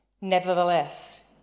Nevertheless